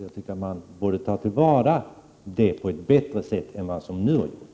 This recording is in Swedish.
Jag tycker att detta borde tas till vara på ett bättre sätt än vad som nu har gjorts.